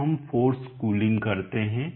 अब हम force cooling करते हैं